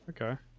Okay